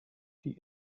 die